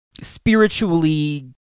spiritually